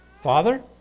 Father